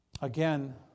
Again